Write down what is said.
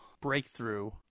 breakthrough